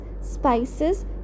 spices